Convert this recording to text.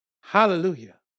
Hallelujah